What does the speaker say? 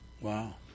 Wow